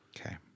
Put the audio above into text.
okay